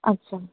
अच्छा